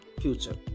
future